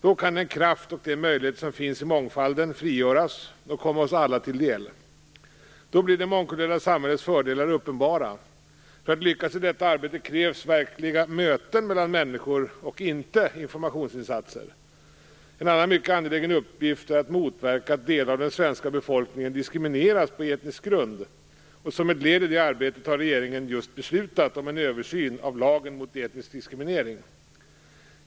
Då kan den kraft och de möjligheter som finns i mångfalden frigöras och komma oss alla till del. Då blir det mångkulturella samhällets fördelar uppenbara. För att lyckas i detta arbete krävs verkliga möten mellan människor och inte informationsinsatser. En annan mycket anglägen uppgift är att motverka att delar av den svenska befolkningen diskrimineras på etnisk grund. Som ett led i det arbetet har regeringen just beslutat om en översyn av lagen mot etnisk diskriminering.